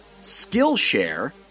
Skillshare